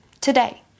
today